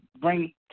bring